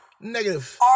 Negative